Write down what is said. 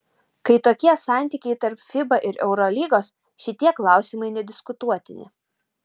kai tokie santykiai tarp fiba ir eurolygos šitie klausimai nediskutuotini